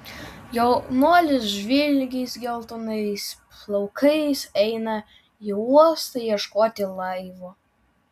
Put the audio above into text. jaunuolis žvilgiais geltonais plaukais eina į uostą ieškoti laivo